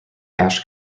ash